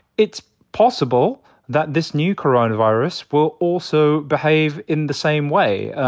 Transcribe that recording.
it's possible that this new coronavirus will also behave in the same way.